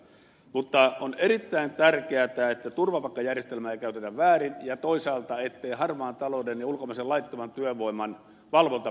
mutta on erittäin tärkeätä että turvapaikkajärjestelmää ei käytetä väärin ja toisaalta ettei harmaan talouden ja ulkomaisen laittoman työvoiman valvonta petä